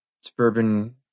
suburban